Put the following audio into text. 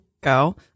go